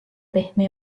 pehme